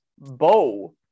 bow